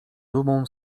dumą